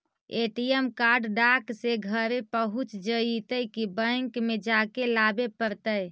ATM card डाक से घरे पहुँच जईतै कि बैंक में जाके लाबे पड़तै?